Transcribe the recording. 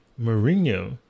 Mourinho